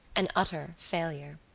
an utter failure.